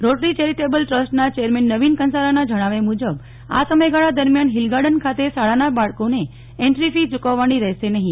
rotary charitable ટ્રસ્ટના chairman Navin કંસારાના જણાવ્યા મુજબ આ સમયગાળા દરમ્યાન હિલગાર્ડન ખાતે શાળાના બાળકોને એન્ટ્રી ફી ચૂકવવાની રહેશે નહીં